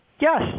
Yes